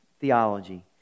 theology